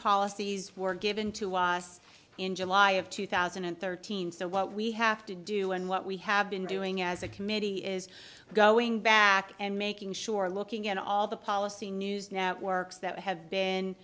policies were given to was in july of two thousand and thirteen so what we have to do and what we have been doing as a committee is going back and making sure looking at all the policy news networks that have been